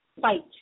fight